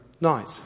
night